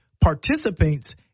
participants